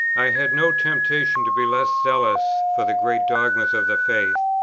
i had no temptation to be less zealous for the great dogmas of the faith,